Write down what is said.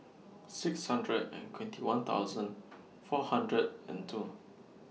six hundred and twenty one thousand four hundred and two